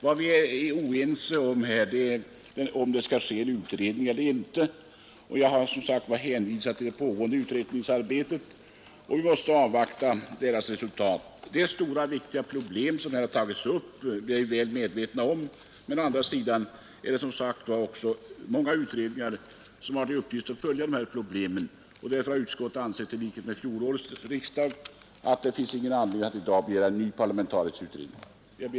Vad vi här är oense om är huruvida det skall tillsättas en utredning eller inte. Jag har hänvisat till de utredningar som pågår och anser att vi måste avvakta resultatet av deras arbete. Vi är väl medvetna om att det är stora och viktiga problem som här har tagits upp, men när det nu finns flera utredningar som har i uppgift att följa dessa frågor har utskottet i likhet med förra årets riksdag inte ansett att det finns någon anledning att begära en ny parlamentarisk utredning. Herr talman!